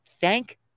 thank